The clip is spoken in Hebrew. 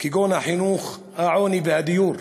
כגון החינוך, העוני והדיור.